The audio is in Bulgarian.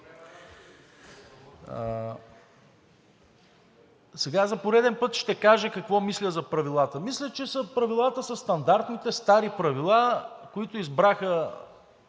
Сега за пореден път ще кажа какво мисля за правилата. Мисля, че правилата са стандартните стари правила, които избраха